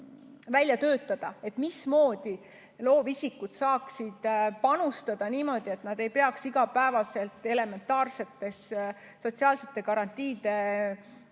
välja töötada, mismoodi loovisikud saaksid panustada niimoodi, et nad ei peaks iga päev elementaarsete sotsiaalsete garantiide pärast